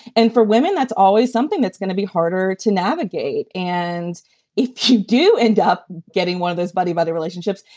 and for women, that's always something that's to be harder to navigate. and if you do end up getting one of those body of other relationships,